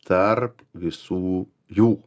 tarp visų jų